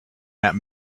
that